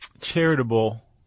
charitable